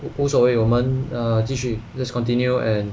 无所谓我们 err 继续 let's continue and